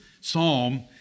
psalm